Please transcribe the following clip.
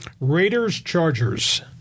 Raiders-Chargers